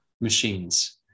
machines